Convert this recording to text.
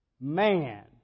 man